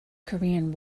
korean